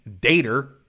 dater